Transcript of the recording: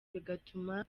bigatuma